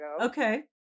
Okay